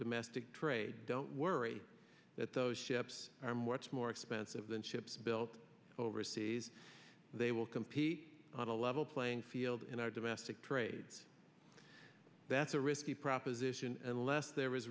domestic trade don't worry that those ships are much more expensive than ships built overseas they will compete on a level playing field in our domestic trades that's a risky proposition unless there is